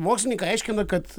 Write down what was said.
mokslininkai aiškina kad